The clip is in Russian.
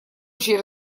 очень